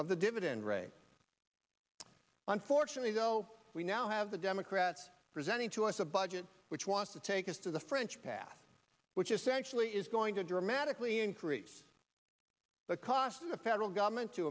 of the dividend rate unfortunately so we now have the democrats presenting to us a budget which wants to take us to the french path which essentially is going to dramatically increase the cost of the federal government to